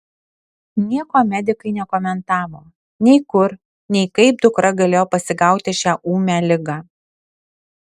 nieko medikai nekomentavo nei kur nei kaip dukra galėjo pasigauti šią ūmią ligą